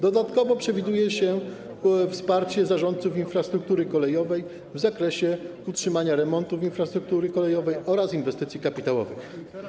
Dodatkowo przewiduje się wsparcie zarządców infrastruktury kolejowej w zakresie utrzymania remontów infrastruktury kolejowej oraz inwestycji kapitałowych.